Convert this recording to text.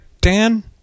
Dan